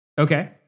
Okay